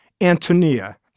Antonia